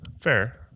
fair